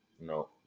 No